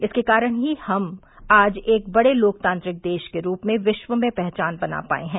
इसके कारण ही आज हम एक बड़े लोकतांत्रिक देश के रूप में विश्व में पहचान बना पाये हैं